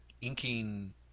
inking